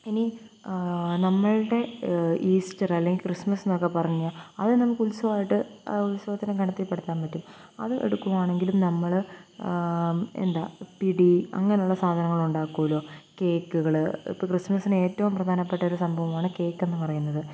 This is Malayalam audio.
ഇനി നമ്മളുടെ ഈസ്റ്ററല്ലേല് ക്രിസ്മസ്ന്നൊക്കെ പറഞ്ഞാൽ അതും നമുക്ക് ഉത്സവമായിട്ട് ഉത്സവത്തിന്റെ ഗണത്തിൽപ്പെടുത്താന് പറ്റും അത് എടുക്കുവാണെങ്കിലും നമ്മള് എന്താണ് പിടി അങ്ങനെയുള്ള സാധനങ്ങളുണ്ടാക്കുമല്ലോ കേക്കുകള് ഇപ്പോള് ക്രിസ്മസിനേറ്റവും പ്രധാനപ്പെട്ട ഒരു സംഭവമാണ് കേക്കെന്ന് പറയുന്നത്